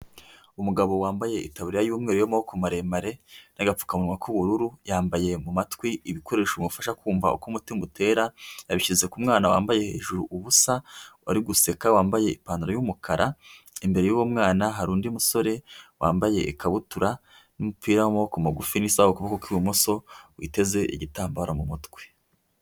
Umugabo wambaye ikaburiya y'umweru y'amaboko maremare n'agapfukamunwa k'ubururu, yambaye mu matwi ibikoresho bimufasha kumva uko umutima utera, yabishyize ku mwana wambaye hejuru ubusa uri guseka, wambaye ipantaro y'umukara, imbere y'uwo mwana hari undi musore wambaye ikabutura n'umupira w'amaboko magufi n'isaha ku kuboko kw'ibumoso, witeze igitambaro mu mutwe.